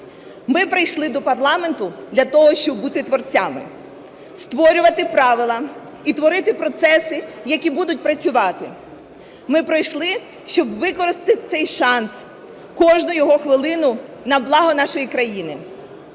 Ми прийшли до парламенту для того, щоб бути творцями, створювати правила і творити процеси, які будуть працювати. Ми прийшли, щоб використати цей шанс, кожну його хвилину на благо нашої країни.